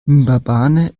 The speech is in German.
mbabane